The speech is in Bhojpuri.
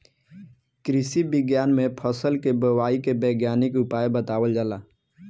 कृषि विज्ञान में फसल के बोआई के वैज्ञानिक उपाय बतावल जाला